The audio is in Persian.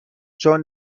چون